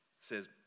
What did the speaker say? says